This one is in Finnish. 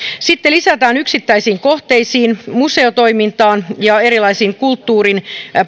sitten lisätään yksittäisiin kohteisiin museotoimintaan ja erilaisiin kulttuurin